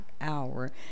hour